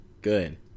Good